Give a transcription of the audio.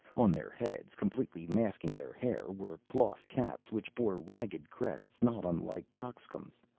on their heads, completely masking their hair, were cloth caps which bore ragged crests not unlike cockscombs.